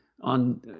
on